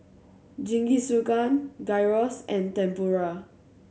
Jingisukan Gyros and Tempura